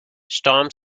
storm